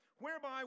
Whereby